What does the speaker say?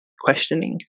questioning